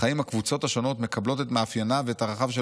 אך האם הקבוצות השונות מקבלות את מאפייניו ואת ערכיו של